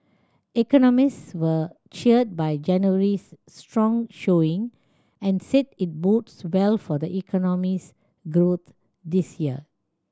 economists were cheered by January's strong showing and said it bodes well for the economy's growth this year